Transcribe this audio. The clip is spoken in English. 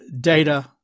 data